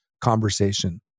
conversation